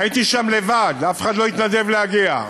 הייתי שם לבד, אף אחד לא התנדב להגיע.